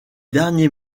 derniers